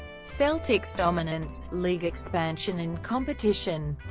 celtics' dominance, league expansion and competition